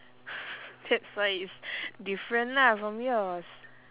that's why it's different lah from yours